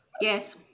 Yes